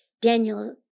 Daniel